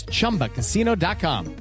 Chumbacasino.com